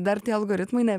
dar tie algoritmai ne